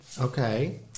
Okay